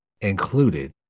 included